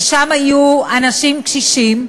ששם היו אנשים קשישים,